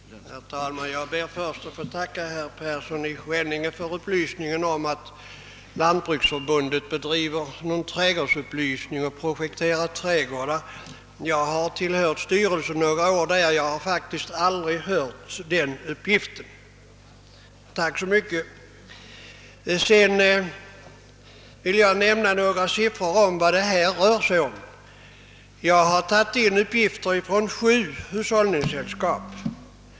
Herr talman! Jag ber först att få tacka herr Persson i Skänninge för meddelandet att Lantbruksförbundet bedriver trädgårdsupplysning och projekterar trädgårdar. Jag har tillhört dess styrelse några år, men har faktiskt aldrig nåtts av denna uppgift. Tack så mycket! Jag vill nämna några siffror som visar vad det här rör sig om; de är hämtade från sju hushållningssällskap.